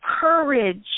courage